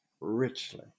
richly